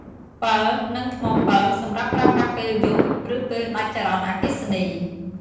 ពិល និងថ្មពិល សម្រាប់ប្រើប្រាស់ពេលយប់ ឬពេលដាច់ចរន្តអគ្គិសនី។